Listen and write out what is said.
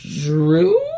Drew